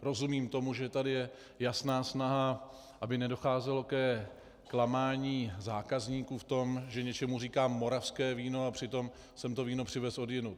Rozumím tomu, že tady je jasná snaha, aby nedocházelo ke klamání zákazníků v tom, že něčemu říkám moravské víno, a přitom jsem to víno přivezl odjinud.